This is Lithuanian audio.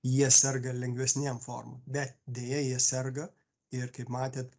jie serga lengvesniem formom bet deja jie serga ir kaip matėt